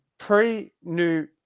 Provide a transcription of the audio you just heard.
Pre-new –